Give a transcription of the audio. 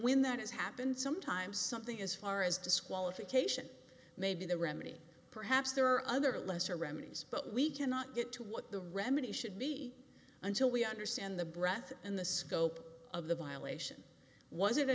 when that has happened sometimes something as far as disqualification may be the remedy perhaps there are other lesser remedies but we cannot get to what the remedy should be until we understand the breath and the scope of the violation was it a